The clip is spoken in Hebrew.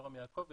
יורם יעקבי,